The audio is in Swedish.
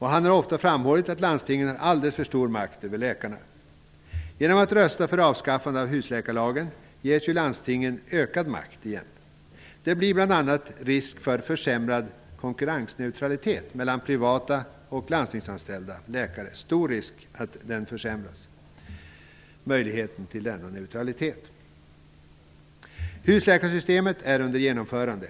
Han har ofta framhållit att landstingen har alldeles för stor makt över läkarna. Genom att rösta för avskaffande av husläkarlagen ges landstingen ökad makt igen. Det blir bl.a. en risk för försämrade möjligheter till konkurrensneutralitet mellan privata och landstingsanställda läkare. Husläkarsystemet är under genomförande.